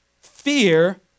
Fear